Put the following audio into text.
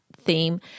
theme